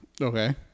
okay